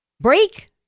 Break